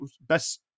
Best